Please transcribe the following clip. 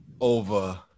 over